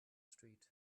street